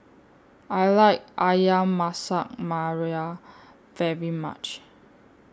I like Ayam Masak Merah very much